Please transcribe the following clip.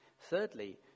Thirdly